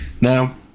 Now